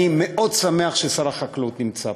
אני מאוד שמח ששר החקלאות נמצא פה,